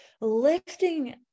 Lifting